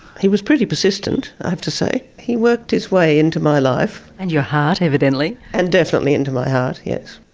he was pretty persistent, i have to say. he worked his way into my life. and your heart, evidently. and definitely into my heart, yes.